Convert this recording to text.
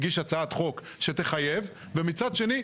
הגיש הצעת חוק שתחייב ומצד שני,